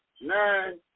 nine